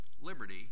liberty